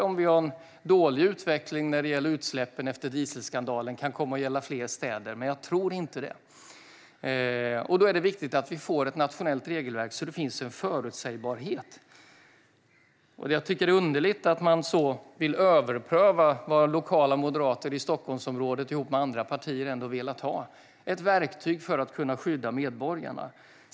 Om vi får en dålig utveckling när det gäller utsläppen efter dieselskandalen kanske det kan komma att gälla i fler städer, men jag tror inte det. Det är viktigt att vi får ett nationellt regelverk så att det finns en förutsägbarhet. Jag tycker att det är underligt att man vill överpröva vad lokala moderater i Stockholmsområdet, ihop med andra partier, har velat ha: ett verktyg för att kunna skydda medborgarna.